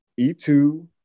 E2